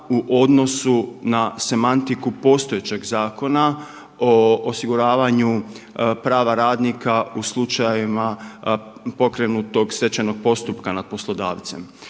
u odnosu na semantiku postojećeg Zakona o osiguravanju prava radnika u slučaju pokrenutog stečajnog postupka nad poslodavcem.